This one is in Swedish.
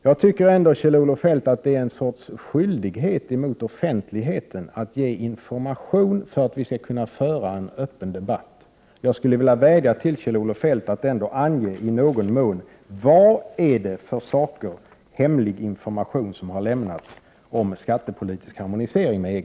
Jag tycker ändå, Kjell-Olof Feldt, att det är en skyldighet gentemot offentligheten att ge information så att vi kan föra en öppen debatt. Jag skulle vilja vädja till Kjell-Olof Feldt att ändå i stora drag ange vad det är för hemlig information som lämnats om skattepolitisk harmonisering med EG.